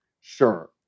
sure